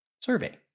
survey